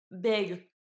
big